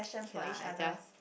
okay lah I just